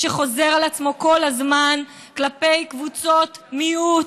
שחוזר על עצמו כל הזמן כלפי קבוצות מיעוט.